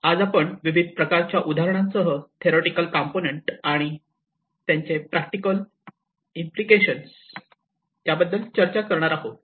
आज आपण विविध प्रकारच्या उदाहरणांसह थेरोटिकल कंपोनेंट आणि त्याचे प्रॅक्टिकल इम्पलिकेशन्स याबद्दल चर्चा करणार आहोत